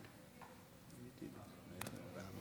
מתחייב אני עודד